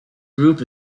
group